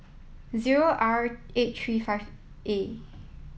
zero R eight three five A